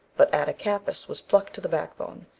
but attakapas was pluck to the back bone,